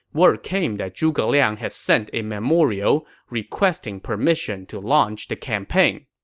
word came that zhuge liang had sent a memorial requesting permission to launch the campaign.